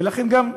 ולכן גם,